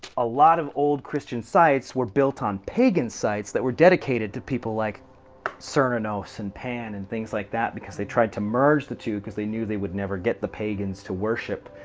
a lot of old christian sites were built on pagan sites that were dedicated to people like cernunnos and pan and things like that because they tried to merge the two, because they knew they would never get the pagans to worship,